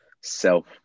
self